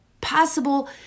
possible